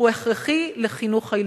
הוא הכרחי לחינוך הילדים.